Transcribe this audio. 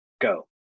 go